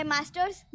Masters